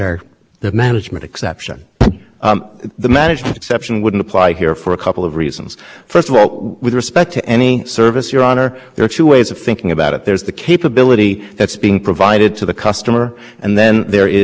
with respect to any service your honor there are two ways of thinking about it there's the capability that's being provided to the customer and then there is what's going on the network to generate that capability when the capability being provided to the customer is what is being